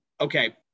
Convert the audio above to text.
Okay